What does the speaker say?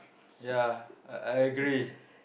ya I I agree